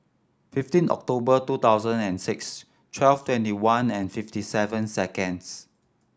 fifteen October two thousand and six twelve twenty one and fifty seven seconds